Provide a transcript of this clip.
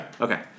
Okay